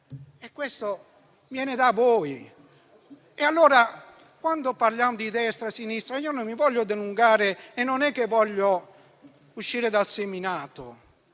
e questo viene da voi. Quando parliamo di destra e sinistra, io non mi voglio dilungare e non voglio uscire dal seminato.